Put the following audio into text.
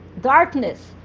darkness